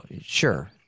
sure